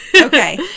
Okay